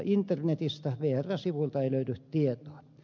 internetistä vrn sivuilta ei löydy tietoa